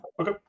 Okay